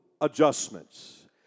adjustments